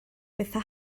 bethau